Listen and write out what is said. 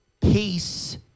peace